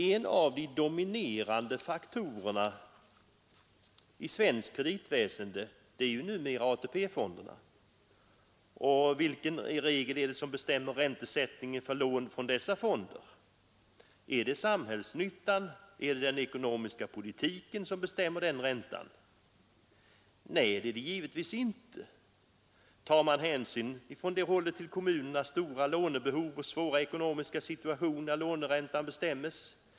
En av de dominerande faktorerna i svenskt kreditväsende är numera AP-fonderna. Vilken regel bestämmer räntan för lån från dessa fonder? Är det samhällsnyttan eller den ekonomiska politiken som bestämmer den räntan? Nej, det är det givetvis inte. Tar man från det hållet hänsyn till kommunernas stora lånebehov och svåra ekonomiska situation när låneräntan bestäms?